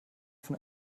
von